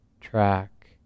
track